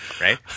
right